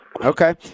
Okay